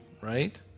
right